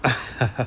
ah